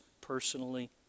personally